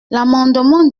l’amendement